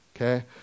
Okay